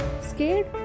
scared